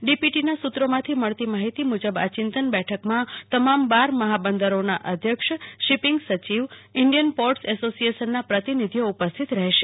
ડીપીટીના સુ ત્રોમાંથી મળતી માહિતી મુજબ આ ચિંતન બેઠકમાં તમામ બાર મહાબંદરીના અધ્યક્ષ શિંપિંગ સચિવ ઈન્ડિયન પોર્ટસ એસોસીએશનના પ્રતિનિધીઓ ઉપસ્થિત રહેશે